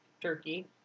Turkey